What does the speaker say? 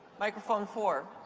microphone four.